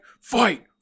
fight